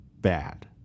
bad